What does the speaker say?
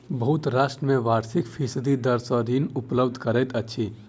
बहुत राष्ट्र में वार्षिक फीसदी दर सॅ ऋण उपलब्ध करैत अछि